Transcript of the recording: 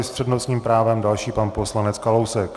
S přednostním právem další pan poslanec Kalousek.